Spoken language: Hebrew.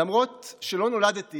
למרות שלא נולדתי